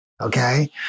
Okay